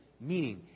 meaning